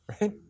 right